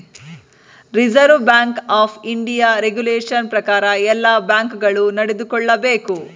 reserve Bank of India regulation ಪ್ರಕಾರ ಎಲ್ಲ ಬ್ಯಾಂಕ್ ಗಳು ನಡೆದುಕೊಳ್ಳಬೇಕು